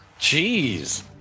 jeez